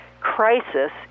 crisis